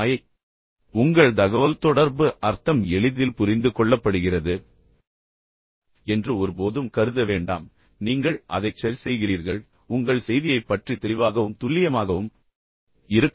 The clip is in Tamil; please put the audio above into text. எனவே உங்கள் தகவல்தொடர்பு அர்த்தம் எளிதில் புரிந்து கொள்ளப்படுகிறது என்று ஒருபோதும் கருத வேண்டாம் நீங்கள் அதைச் சரிசெய்கிறீர்கள் மேலும் உங்கள் செய்தியைப் பற்றி தெளிவாகவும் துல்லியமாகவும் இருக்க வேண்டும்